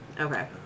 Okay